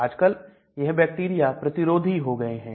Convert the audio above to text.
आजकल यह बैक्टीरिया प्रतिरोधी हो गए हैं